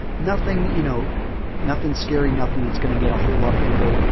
nothing you know nothing scary, nothing that's going to get a whole lot of people you know